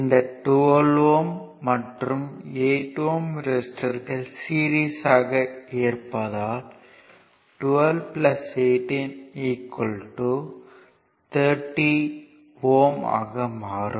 இந்த 12 Ω மற்றும் 8 Ω ரெசிஸ்டர்கள் சீரிஸ்யாக இருப்பதால் 12 18 30 Ω ஆக மாறும்